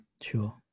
sure